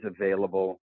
available